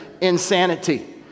insanity